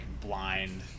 blind